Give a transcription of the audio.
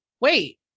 wait